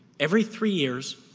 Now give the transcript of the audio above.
every three years,